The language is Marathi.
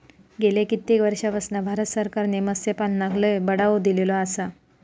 गेल्या कित्येक वर्षापासना भारत सरकारने मत्स्यपालनाक लय बढावो दिलेलो आसा